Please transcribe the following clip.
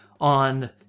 on